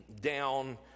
down